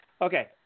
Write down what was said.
Okay